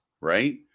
right